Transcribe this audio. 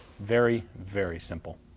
very, very, simple.